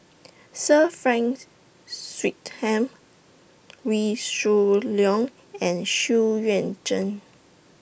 Sir Frank Swettenham Wee Shoo Leong and Xu Yuan Zhen